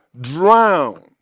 drown